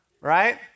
right